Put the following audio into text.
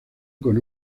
con